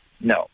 No